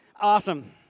Awesome